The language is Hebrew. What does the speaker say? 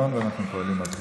יש תקנון ואנחנו פועלים על פיו.